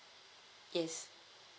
yes